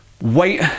wait